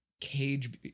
cage